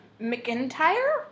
McIntyre